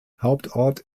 hauptort